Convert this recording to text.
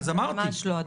ממש לא, אדוני.